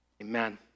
Amen